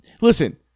Listen